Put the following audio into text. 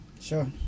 Sure